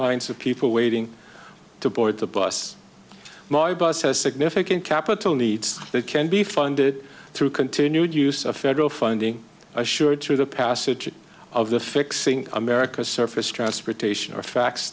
lines of people waiting to board the bus my bus has significant capital needs that can be funded through continued use of federal funding assured through the passage of the fixing america's surface transportation are facts